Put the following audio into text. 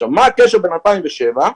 מה הקשר בין 2007,